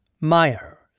Meyer